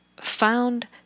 found